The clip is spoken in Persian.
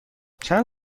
چند